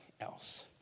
else